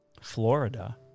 Florida